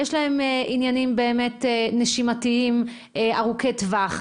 יש להם עניינים נשימתיים ארוכי טווח,